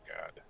god